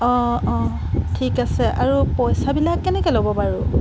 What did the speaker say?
অঁ অঁ ঠিক আছে আৰু পইচাবিলাক কেনেকৈ ল'ব বাৰু